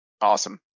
Awesome